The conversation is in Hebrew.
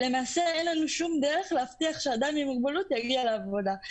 אין לנו שום דרך להבטיח שאדם עם מוגבלות יגיע לעבודה.